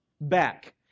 back